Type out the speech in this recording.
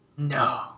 No